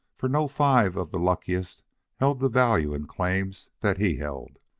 for no five of the luckiest held the value in claims that he held.